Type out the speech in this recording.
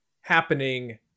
happening